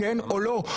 כן או לא?